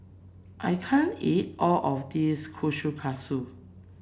I can't eat all of this Kushikatsu